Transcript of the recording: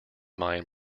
mine